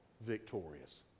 victorious